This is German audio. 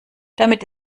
damit